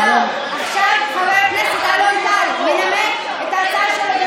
עכשיו חבר הכנסת אלון טל מנמק את ההצעה שלו.